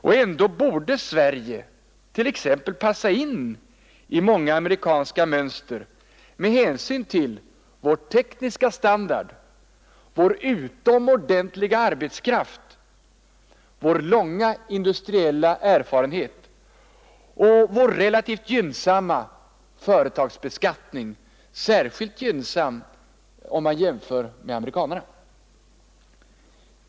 Och ändå borde Sverige passa in i många amerikanska mönster med hänsyn till vår tekniska standard, vår utomordentliga arbetskraft, vår långa industriella erfarenhet och vår relativt gynnsamma företagsbeskattning — särskilt gynnsam om man jämför med amerikanska förhållanden.